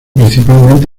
principalmente